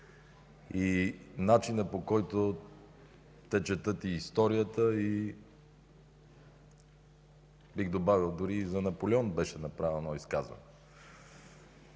и начина, по който те четат историята. Бих добавил, че и за Наполеон беше направил едно изказване.